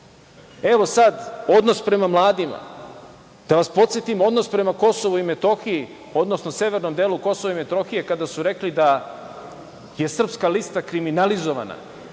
sad - odnos prema mladima. Da vas podsetim odnos prema Kosovu i Metohiji, odnosno severnom delu Kosova i Metohije kada su rekli da je Srpska lista kriminalizovana,